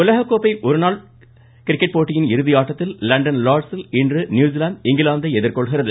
உலகக்கோப்பை ஒருநாள் கிரிக்கெட் போட்டியின் இறுதியாட்டத்தில் லண்டன் லார்ட்ஸில் இன்று நியூசிலாந்து இங்கிலாந்தை எதிர்கொள்கிறது